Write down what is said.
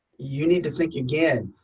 you need to think again.